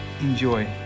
Enjoy